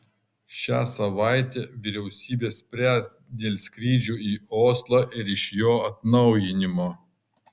šią savaitę vyriausybė spręs dėl skrydžių į oslą ir iš jo atnaujinimo